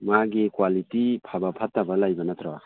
ꯃꯥꯒꯤ ꯀ꯭ꯋꯥꯂꯤꯇꯤ ꯐꯕ ꯐꯠꯇꯕ ꯂꯩꯕ ꯅꯠꯇ꯭ꯔꯣ